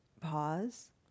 Pause